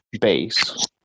base